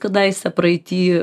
kadaise praeity